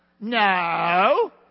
No